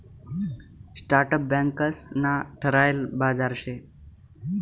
startup बँकंस ना ठरायल बाजार शे